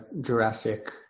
Jurassic